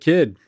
Kid